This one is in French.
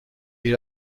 est